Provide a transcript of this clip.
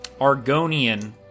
Argonian